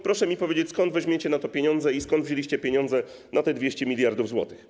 Proszę mi powiedzieć, skąd weźmiecie na to pieniądze i skąd wzięliście pieniądze na te 200 mld zł.